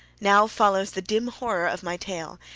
now follows the dim horror of my tale,